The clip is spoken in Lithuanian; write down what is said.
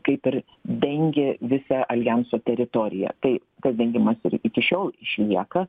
kaip ir dengė visą aljanso teritoriją tai tas dengimas ir iki šiol išlieka